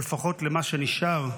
או לפחות למה שנשאר.